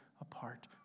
apart